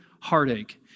heartache